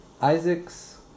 Isaac's